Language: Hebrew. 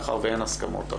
מאחר ואין הסכמות,